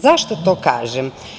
Zašto to kažem?